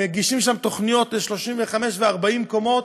מגישים שם תוכניות ל-35 ו-40 קומות,